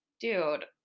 dude